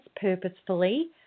purposefully